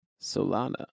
Solana